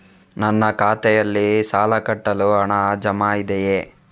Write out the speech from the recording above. ನನ್ನ ಖಾತೆಯಲ್ಲಿ ಸಾಲ ಕಟ್ಟಲು ಹಣ ಜಮಾ ಇದೆಯೇ?